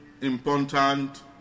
important